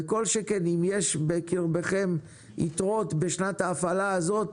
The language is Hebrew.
וכל שכן אם יש בקרבכם יתרות בשנת ההפעלה הזאת,